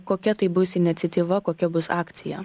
kokia tai bus iniciatyva kokia bus akcija